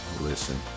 listen